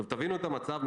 תבינו את המצב,